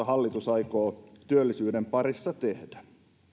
hallitus aikoo työllisyyden parissa tehdä